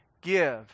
give